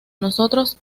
nosotros